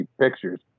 pictures